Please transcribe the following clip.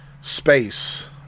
space